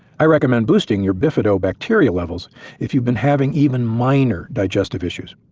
i recommend boosting your bifidobacteria levels if you've been having even minor digestive issues.